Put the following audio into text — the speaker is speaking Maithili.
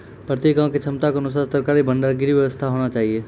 प्रत्येक गाँव के क्षमता अनुसार सरकारी भंडार गृह के व्यवस्था होना चाहिए?